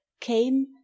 came